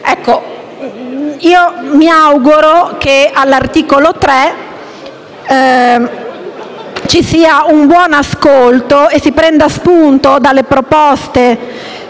Mi auguro che sull'articolo 3 ci sia un buon ascolto e si prenda spunto dalle proposte